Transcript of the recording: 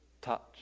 touch